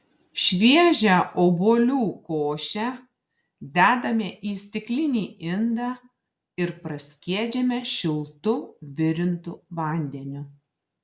šviežią obuolių košę dedame į stiklinį indą ir praskiedžiame šiltu virintu vandeniu